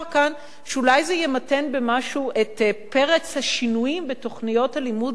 שאולי זה ימתן במשהו את פרץ השינויים בתוכניות הלימוד ובספרים